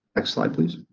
next slide, please.